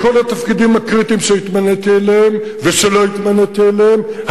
בכל התפקידים הקריטיים שהתמניתי אליהם ושלא התמניתי אליהם,